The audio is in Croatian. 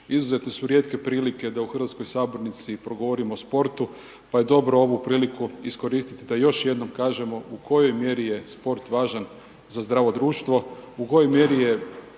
izuzetno su rijetke prilike da u hrvatskoj Sabornici progovorimo o sportu, pa je dobro ovu priliku iskoristiti da još jednom kažemo u kojoj mjeri je sport važan za zdravo društvo? u kojoj mjeri je